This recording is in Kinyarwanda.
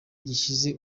gishize